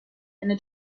eine